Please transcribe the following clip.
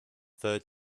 third